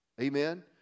Amen